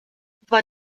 war